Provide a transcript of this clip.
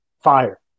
fire